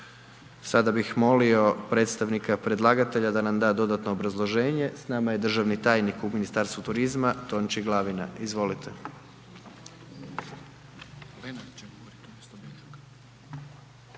Sada bi molio predstavnika predlagatelja, da nam da dodatno obrazloženje. S nama je državni tajnik u Ministarstvu turizma, Tonči Glavina, izvolite.